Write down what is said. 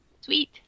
Sweet